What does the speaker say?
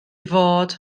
fod